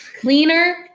Cleaner